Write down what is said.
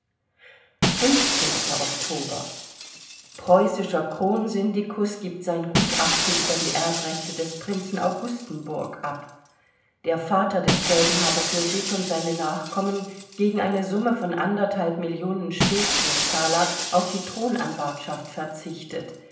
oktober preußischer kronsyndikus gibt sein gutachten über die erbrechte des prinzen augustenburg ab der vater desselben habe für sich und seine nachkommen gegen eine summe von anderthalb millionen speziesthaler auf die thronanwartschaft verzichtet